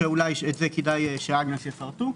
שאולי את זה כדאי שאגנס יפרטו,